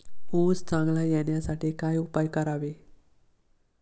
ऊस चांगला येण्यासाठी काय उपाय करावे?